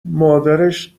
مادرش